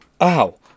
Ow